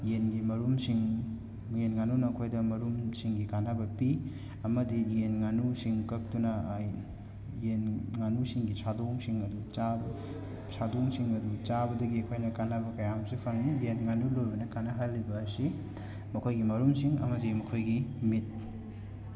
ꯌꯦꯟꯒꯤ ꯃꯔꯨꯝꯁꯤꯡ ꯌꯦꯟ ꯉꯥꯅꯨꯅ ꯑꯩꯈꯣꯏꯗ ꯃꯔꯨꯝꯁꯤꯡꯒꯤ ꯀꯥꯟꯅꯕ ꯄꯤ ꯑꯃꯗꯤ ꯌꯦꯟ ꯉꯥꯅꯨꯁꯤꯡ ꯀꯛꯇꯨꯅ ꯌꯦꯟ ꯉꯥꯅꯨꯁꯤꯡꯒꯤ ꯁꯥꯗꯣꯡꯁꯤꯡ ꯑꯗꯨ ꯆꯥ ꯁꯥꯗꯣꯡꯁꯤꯡ ꯑꯗꯨ ꯆꯥꯕꯗꯒꯤ ꯑꯩꯈꯣꯏꯅ ꯀꯥꯟꯅꯕ ꯀꯌꯥ ꯑꯃꯁꯨ ꯐꯪꯏ ꯌꯦꯟ ꯉꯥꯅꯨ ꯂꯣꯏꯕꯅ ꯀꯥꯟꯅꯍꯜꯂꯤꯕ ꯑꯁꯤ ꯃꯈꯣꯏꯒꯤ ꯃꯔꯨꯝꯁꯤꯡ ꯑꯃꯗꯤ ꯃꯈꯣꯏꯒꯤ ꯃꯤꯠ